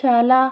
చాలా